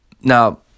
Now